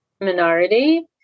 minority